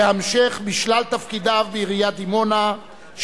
והמשך בשלל תפקידיו בעיריית דימונה,